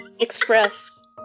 Express